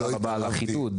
תודה רבה על החידוד.